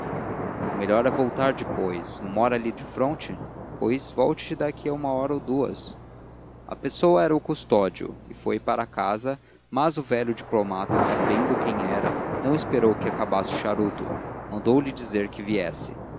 melhor é voltar depois não mora ali defronte pois volte daqui a uma hora ou duas a pessoa era o custódio e foi para casa mas o velho diplomata sabendo quem era não esperou que acabasse o charuto mandou-lhe dizer que viesse